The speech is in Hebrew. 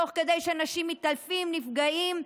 תוך כדי שאנשים מתעלפים, נפגעים.